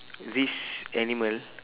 this animal